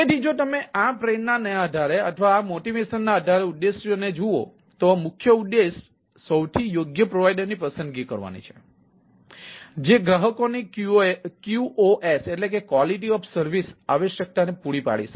તેથી જો તમે આ પ્રેરણાના આધારે ઉદ્દેશો જુઓ તો મુખ્ય ઉદ્દેશ સૌથી યોગ્ય પ્રોવાઇડરની પસંદગી કરવાની છે જે ગ્રાહકોની QoS આવશ્યકતાઓને પૂરી પાડી શકે